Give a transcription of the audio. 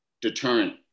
deterrent